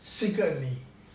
四个女